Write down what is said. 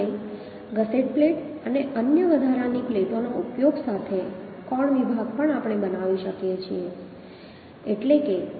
અને gusset plate અને અન્ય વધારાની પ્લેટોના ઉપયોગ સાથે કોણ વિભાગ પણ આપણે બનાવી શકીએ છીએ